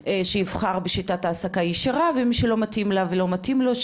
שייבחר בשיטת העסיקה ישירה ומי שלא מתאים לה ולא מתאים לו,